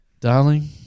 darling